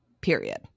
period